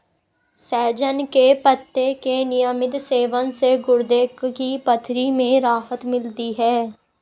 सहजन के पत्ते के नियमित सेवन से गुर्दे की पथरी में राहत मिलती है